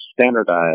standardized